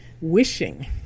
wishing